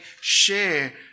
share